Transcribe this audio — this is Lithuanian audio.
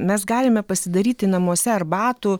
mes galime pasidaryti namuose arbatų